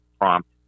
prompt